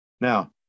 Now